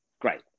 Great